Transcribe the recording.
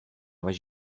was